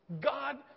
God